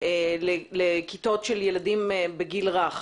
לכיתות ילדים בגיל רך